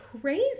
crazy